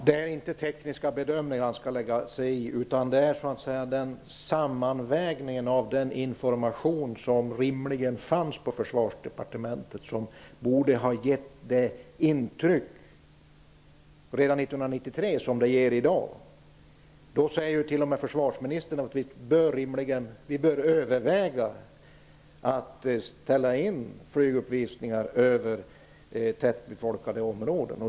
Herr talman! Försvarsministern skall inte lägga sig i tekniska bedömningar, men den information som rimligen fanns på Försvarsdepartementet redan 1993 borde ha gett samma intryck som den ger i dag. T.o.m. försvarsministern säger att vi bör överväga att ställa in flyguppvisningar över tättbefolkade områden.